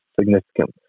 significant